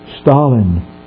Stalin